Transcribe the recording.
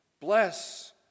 Bless